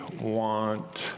want